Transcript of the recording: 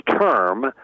term